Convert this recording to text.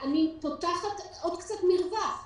אני פותחת עוד קצת מרווח.